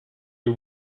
you